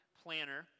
planner